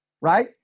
right